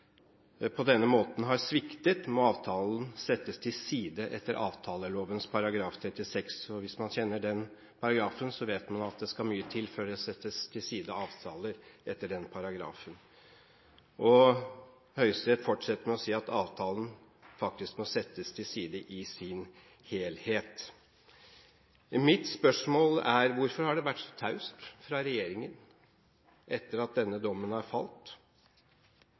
på denne måten har sviktet, må avtalen settes til side etter avtaleloven § 36. Hvis man kjenner til den paragrafen, vet man at det skal mye til før det settes til side avtaler etter denne. Høyesterett sier videre at avtalen faktisk må settes til side i sin helhet. Mine spørsmål er: Hvorfor har det vært så taust fra regjeringen etter at denne dommen har falt?